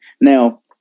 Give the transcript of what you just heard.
Now